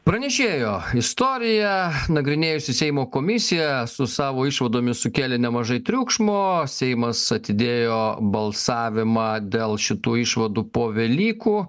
pranešėjo istoriją nagrinėjusi seimo komisija su savo išvadomis sukėlė nemažai triukšmo seimas atidėjo balsavimą dėl šitų išvadų po velykų